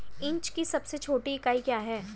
Inch की सबसे छोटी इकाई क्या है?